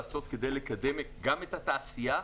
לעשות כדי לקדם גם את התעשייה,